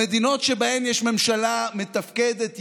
במדינות שבהן יש ממשלה מתפקדת,